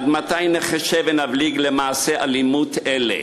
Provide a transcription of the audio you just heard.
עד מתי נחשה ונבליג מול מעשי אלימות אלה?